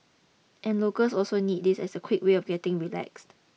and locals also need this as a quick way of getting relaxed